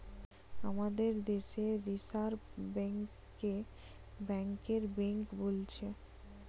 আমাদের দেশে reserve bank কে ব্যাংকের বেঙ্ক বোলছে